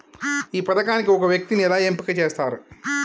ఈ పథకానికి ఒక వ్యక్తిని ఎలా ఎంపిక చేస్తారు?